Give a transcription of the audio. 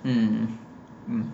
mm